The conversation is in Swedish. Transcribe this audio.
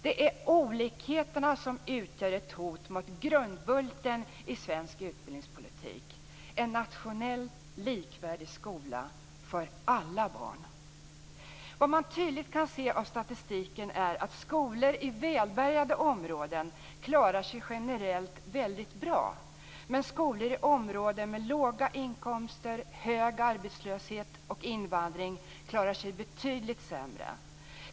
Det är olikheterna som utgör ett hot mot grundbulten i svensk utbildningspolitik, en nationell likvärdig skola för alla barn. Vad man tydligt kan se av statistiken är att skolor i välbärgade områden klarar sig generellt väldigt bra, medan skolor i områden med människor med låga inkomster, hög arbetslöshet och invandring klarar sig betydligt sämre.